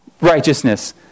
righteousness